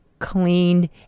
cleaned